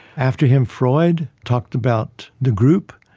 after him freud talked about the group.